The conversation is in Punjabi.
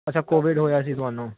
ਅੱਛਾ ਕੋਵਿਡ ਹੋਇਆ ਸੀ ਤੁਹਾਨੂੰ